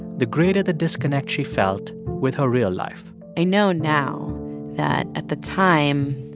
the greater the disconnect she felt with her real life i know now that at the time,